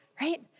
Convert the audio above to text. Right